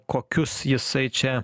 kokius jisai čia